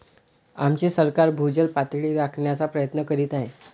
आमचे सरकार भूजल पातळी राखण्याचा प्रयत्न करीत आहे